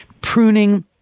pruning